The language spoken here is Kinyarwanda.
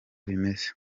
bimeze